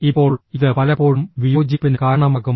ഇപ്പോൾ ഇത് പലപ്പോഴും വിയോജിപ്പിന് കാരണമാകും